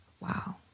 Wow